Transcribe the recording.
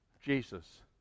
Jesus